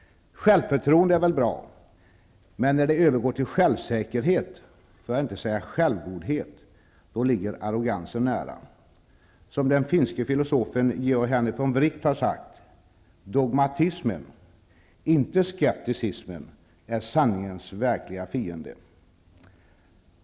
Självförtroende är väl bra, men när det övergår till självsäkerhet för att inte säga självgodhet, då ligger arrogansen nära. Som den finske filosofen Georg Henrik von Wright har sagt: ''Dogmatismen, inte skepticismen är sanningens verkliga fiende.''